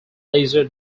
laser